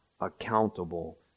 accountable